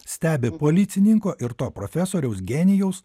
stebi policininko ir to profesoriaus genijaus